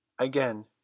Again